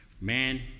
man